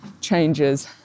changes